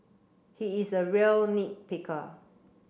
he is a real nit picker